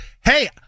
hey